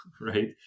right